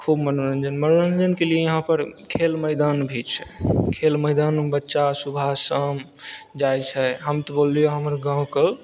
खूब मनोरञ्जन मनोरञ्जनके लिए यहाँ पर खेल मैदान भी छै खेल मैदानमे बच्चा सुबह शाम जाइत छै हम हमर गाँवके